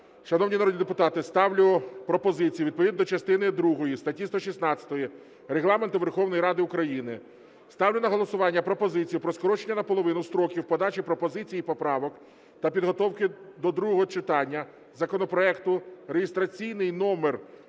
шановні народні депутати, ставлю пропозицію, відповідно частини другої статті 116 Регламенту Верховної Ради України ставлю на голосування пропозицію про скорочення наполовину строків подачі пропозицій і поправок, та підготовки до другого читання законопроекту (реєстраційний номер